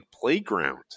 playground